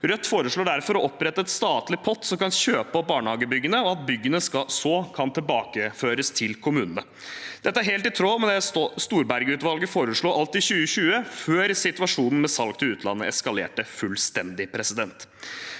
Rødt foreslår derfor å opprette en statlig pott som kan kjøpe opp barnehagebyggene, og at byggene så kan tilbakeføres til kommunene. Dette er helt i tråd med det Storberget-utvalget foreslo allerede i 2020, før situasjonen med salg til utlandet eskalerte fullstendig. Det